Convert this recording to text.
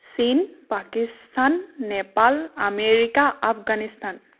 চীন পাকিস্তান নেপাল আমেৰিকা আফগানিস্তান